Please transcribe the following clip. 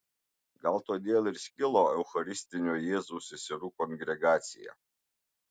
gal todėl ir skilo eucharistinio jėzaus seserų kongregacija